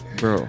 bro